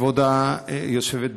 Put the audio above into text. כבוד היושבת בראש,